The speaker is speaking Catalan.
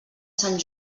sant